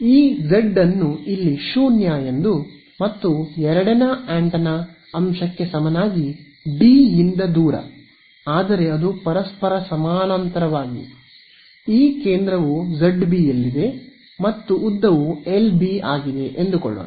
ಈ z ಡ್ ಅನ್ನು ಇಲ್ಲಿ 0 ಎಂದು ಮತ್ತು ಎರಡನೇ ಆಂಟೆನಾ ಅಂಶಕ್ಕೆ ಸಮನಾಗಿ d ಯಿಂದ ದೂರ ಆದರೆ ಅದು ಪರಸ್ಪರ ಸಮಾನಾಂತರವಾಗಿ ಈ ಕೇಂದ್ರವು ZB ಯಲ್ಲಿದೆ ಮತ್ತು ಉದ್ದವು LB ಆಗಿದ ಎಂದುಕೊಳ್ಳೋಣ